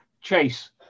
Chase